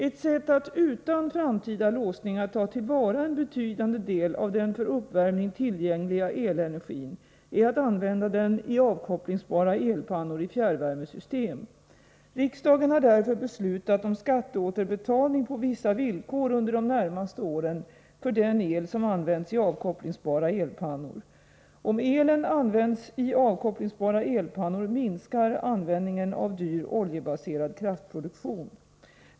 Ett sätt att utan framtida låsningar ta till vara en betydande del av den för uppvärmning tillgängliga elenergin är att använda den i avkopplingsbara elpannori fjärrvärmesystem. Riksdagen har därför beslutat om skatteåterbetalning på vissa villkor under de närmaste åren för den el som används i avkopplingsbara elpannor. Om elen används i avkopplingsbara elpannor, minskar användningen av dyr oljebaserad kraftproduktion.